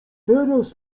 teraz